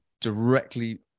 directly